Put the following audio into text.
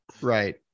Right